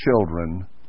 children